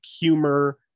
humor